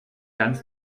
ganz